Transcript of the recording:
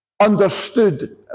understood